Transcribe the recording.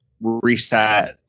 reset